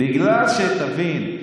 בגלל שתבין,